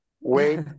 Wait